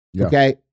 okay